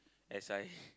as I